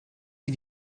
sie